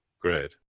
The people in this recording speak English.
Great